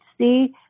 see